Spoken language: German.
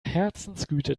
herzensgüte